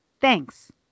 Thanks